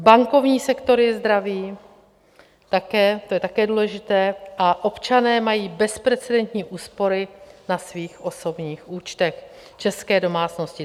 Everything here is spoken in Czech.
Bankovní sektor je zdravý také, to je také důležité a občané mají bezprecedentní úspory na svých osobních účtech, české domácnosti.